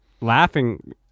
laughing